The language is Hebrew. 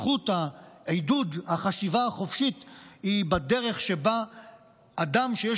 עידוד החשיבה החופשית הוא בדרך שבה אדם שיש